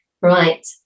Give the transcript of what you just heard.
right